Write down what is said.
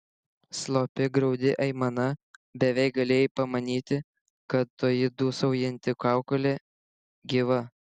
slopi graudi aimana beveik galėjai pamanyti kad toji dūsaujanti kaukolė gyva